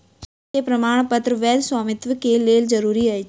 share के प्रमाणपत्र वैध स्वामित्व के लेल जरूरी अछि